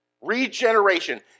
Regeneration